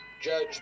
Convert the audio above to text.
Judge